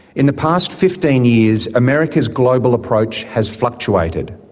in the past fifteen years, america's global approach has fluctuated.